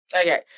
okay